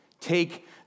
Take